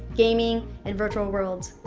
gaming, and virtual worlds.